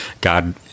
God